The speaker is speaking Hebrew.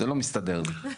זה לא מסתדר לי.